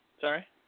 Sorry